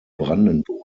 brandenburg